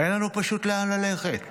אין לנו פשוט לאן ללכת.